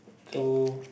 to